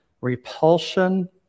repulsion